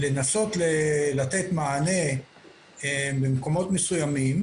לנסות לתת מענה במקומות מסוימים